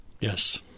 Yes